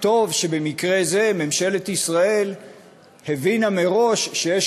טוב שבמקרה זה ממשלת ישראל הבינה מראש שיש